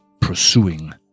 pursuing